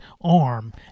arm